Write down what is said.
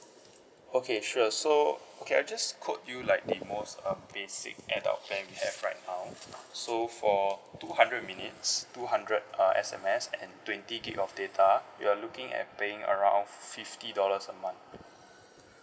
okay sure so okay I'll just quote you like the most uh basic adult plan we have right now so for two hundred minutes two hundred uh S_M_S and twenty gig of data you're looking at paying around fifty dollars a month